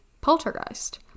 poltergeist